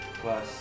plus